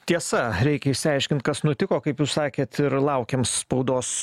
tiesa reikia išsiaiškint kas nutiko kaip jūs sakėt ir laukiam spaudos